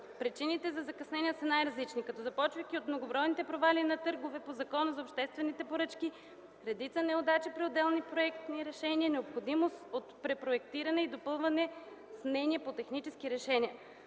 Причините за закъснения са най-различни: започвайки от многобройни провали на търгове по Закона за обществените поръчки, редица неудачи при отделни проектни решения, необходимост от препроектиране и допълване с мнения по технически решения.